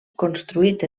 construït